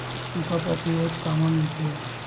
सुखा प्रतिरोध कामा मिलथे?